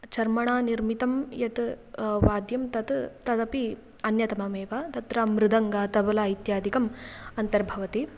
चर्मणा निर्मितं यत् वाद्यं तत् तदपि अन्यतममेव तत्र मृदङ्गः तबला इत्यादिकम् अन्तर्भवति